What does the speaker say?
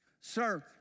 sir